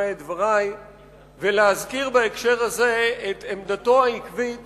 את דברי ולהזכיר בהקשר הזה את עמדתו העקבית